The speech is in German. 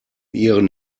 ihren